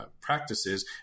practices